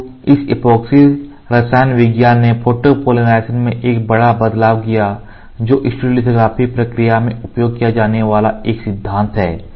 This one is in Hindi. तो इस ऐपोक्सी रसायन विज्ञान ने फोटोपॉलीमराइज़ेशन में एक बड़ा बदलाव किया जो स्टीरियोलिथोग्राफी प्रक्रिया में उपयोग किया जाने वाला एक सिद्धांत है